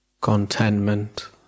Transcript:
contentment